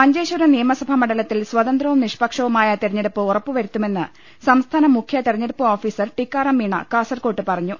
മഞ്ചേശ്വരം നിയമസഭാ മണ്ഡലത്തിൽ സ്വതന്ത്രവും നിഷ്പക്ഷവുമായ തിരഞ്ഞെടുപ്പ് ഉറപ്പുവരുത്തുമെന്ന് സംസ്ഥാന മുഖ്യ തിരഞ്ഞെടുപ്പ് ഓഫീ സർ ടിക്കാറാം മീണ കാസർകോട്ട് പറഞ്ഞു